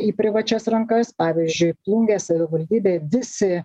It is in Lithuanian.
į privačias rankas pavyzdžiui plungės savivaldybėj visi